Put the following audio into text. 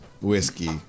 whiskey